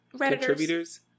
contributors